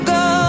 go